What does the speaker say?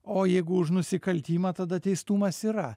o jeigu už nusikaltimą tada teistumas yra